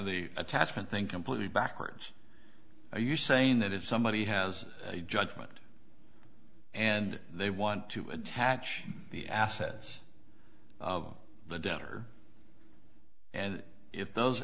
the attachment think completely backwards are you saying that if somebody has a judgment and they want to attach the assets of the debtor and if those